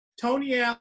Tony